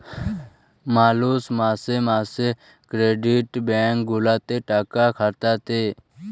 মালুষ মাসে মাসে ক্রেডিট ব্যাঙ্ক গুলাতে টাকা খাটাতে